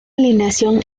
alineación